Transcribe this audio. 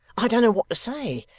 i don't know what to say.